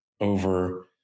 over